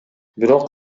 бирок